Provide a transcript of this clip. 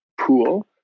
pool